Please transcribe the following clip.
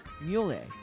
Mule